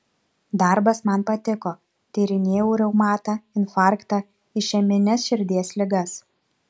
darbas man patiko tyrinėjau reumatą infarktą išemines širdies ligas